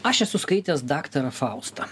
aš esu skaitęs daktarą faustą